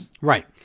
Right